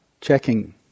checking